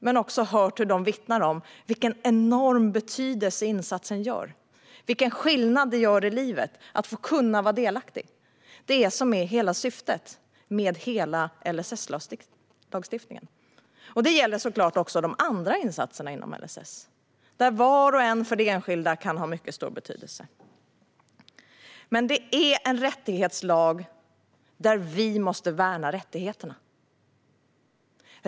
Jag har också hört dem vittna om vilken enorm betydelse insatsen har, vilken skillnad det gör i livet att få kunna vara delaktig - det som är hela syftet med hela LSS-lagstiftningen. Och det gäller såklart också de andra insatserna inom LSS, där var och en kan ha mycket stor betydelse för de enskilda. Men det är en rättighetslag där vi måste värna rättigheterna.